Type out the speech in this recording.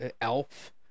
elf